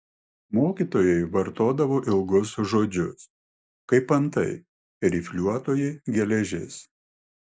mokytojai vartodavo ilgus žodžius kaip antai rifliuotoji geležis